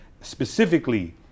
specifically